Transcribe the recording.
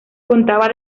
contaba